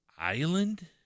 Island